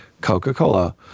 Coca-Cola